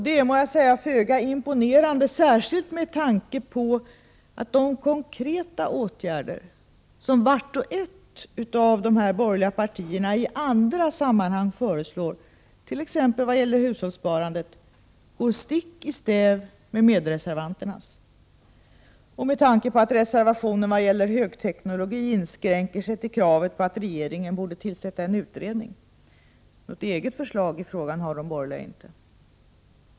Det är, må jag säga, föga imponerande, särskilt med tanke på att de konkreta åtgärder som vart och ett av de borgerliga partierna i andra sammanhang föreslår, t.ex. vad gäller hushållssparandet, går stick i stäv med medreservanternas, och med tanke på att reservationen vad gäller högteknologi inskränker sig till kravet på att regeringen borde tillsätta en utredning. Något eget förslag i frågan har de borgerliga inte.